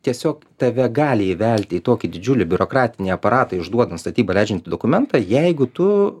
tiesiog tave gali įvelti į tokį didžiulį biurokratinį aparatą išduodant statybą leidžiantį dokumentą jeigu tu